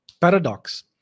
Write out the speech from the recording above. paradox